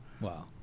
Wow